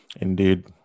Indeed